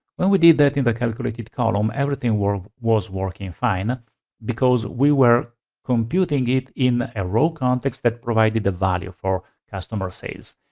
when we did that in the calculated column, everything was working fine because we were computing it in a row context that provided a value for customer sales.